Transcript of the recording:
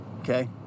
Okay